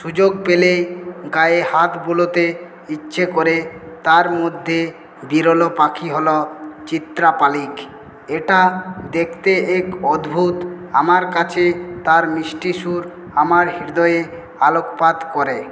সুযোগ পেলেই গায়ে হাত বুলোতে ইচ্ছে করে তার মধ্যে বিরল পাখি হল চিত্রা শালিক এটা দেখতে এক অদ্ভুত আমার কাছে তার মিষ্টি সুর আমার হৃদয়ে আলোকপাত করে